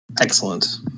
Excellent